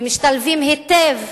ומשתלבים היטב,